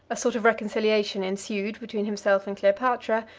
a sort of reconciliation ensued between himself and cleopatra,